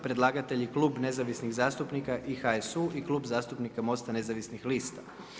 Predlagatelji: Klub nezavisnih zastupnika i HSU i Klub zastupnika MOST-a nezavisnih lista.